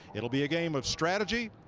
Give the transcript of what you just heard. it will be a game of strategy,